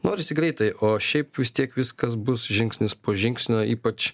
norisi greitai o šiaip vis tiek viskas bus žingsnis po žingsnio ypač